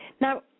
Now